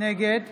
נגד